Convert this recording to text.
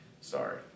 Sorry